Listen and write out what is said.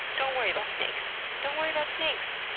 don't worry about snakes. don't worry about snakes!